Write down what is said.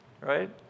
right